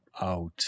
out